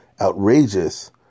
outrageous